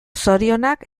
zorionak